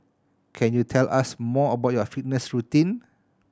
can you tell us more about your fitness routine